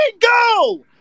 go